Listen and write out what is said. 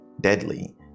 deadly